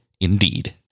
Indeed